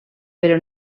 però